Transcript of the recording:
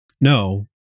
No